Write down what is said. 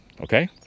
Okay